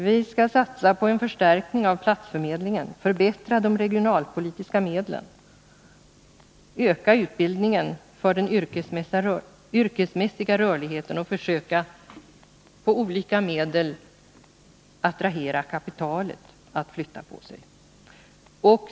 Vi skall satsa på en förstärkning av platsförmedlingen, vi skall förbättra de regionalpolitiska medlen, öka utbildningen för den yrkesmässiga rörligheten och försöka med alla medel attrahera kapitalet så att det flyttar på sig.